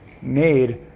made